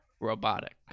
robotic